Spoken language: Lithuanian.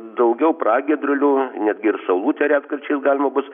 daugiau pragiedrulių netgi ir saulutę retkarčiais galima bus